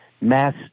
mass